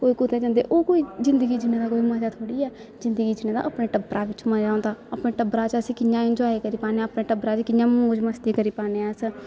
कोई कुतै जंदे ओह् कोई जिंदगी जीने दा कोई मजा थोह्ड़ी ऐ जिंदगी जीने दा अपने टब्बरा बिच्च मजा होंदा अपने टब्बरै च अस कि'यां इंजाए करी पान्ने अपने टब्बरा च कि'यां मौज मस्ती करी पान्ने अस